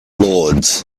lords